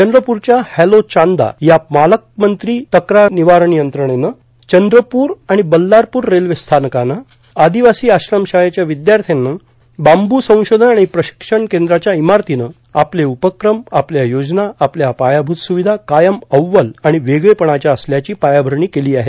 चंद्रप्रख्या hello Chanda या पालकमंत्री तकार निवारण यंत्रणेनं चंद्रपूर आणि बल्लारपूर रेल्वे स्थानकानं एव्हरेसर करणाऱ्या आदिवासी आश्रम शाळेव्या विद्यार्थ्यांनी बांबू संशोधन आणि प्रशिक्षण केंद्राच्या इमारतीनं आपले उपकम आपल्या योजना आपल्या पायाभूत सुविधा कायम अव्वल आणि वेगळेपणाचे असल्याची पायाभरणी केली आहे